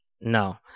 No